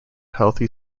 healthy